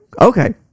okay